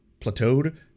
plateaued